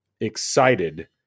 excited